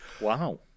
Wow